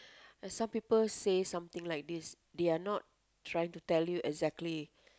when some people say something like this they are not trying to tell you exactly